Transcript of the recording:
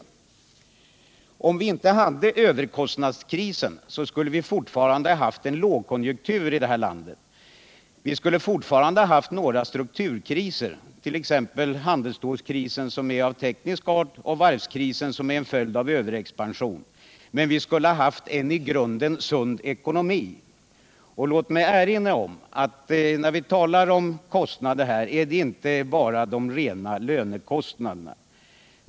Om vi inte hade överkostnadskrisen, skulle vi fortfarande ha haft en lågkonjunktur i vårt land. Vi skulle fortfarande ha haft några strukturkriser, t.ex. handelsstålskrisen som är av teknisk art, eller varvskrisen som är en följd av överexpansion, men vi skulle ha haft en i grunden sund ekonomi. Låt mig erinra om att det när vi talar om kostnader inte bara är fråga om de rena lönekostnaderna.